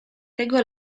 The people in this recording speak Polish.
tego